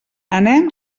anem